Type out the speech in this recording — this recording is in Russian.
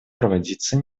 проводиться